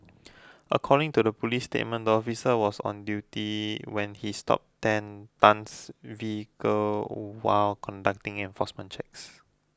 according to a police statement the officer was on duty when he stopped Ten Tan's vehicle while conducting enforcement checks